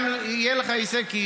גם יהיה לך הישג,